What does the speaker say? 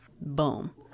Boom